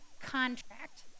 contract